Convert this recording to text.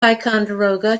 ticonderoga